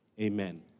amen